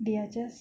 they are just